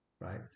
right